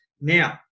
Now